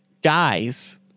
guys